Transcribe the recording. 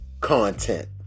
content